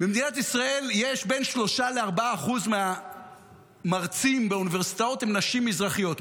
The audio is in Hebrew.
במדינת ישראל בין 3% ל-4% מהמרצים באוניברסיטאות הן נשים מזרחיות,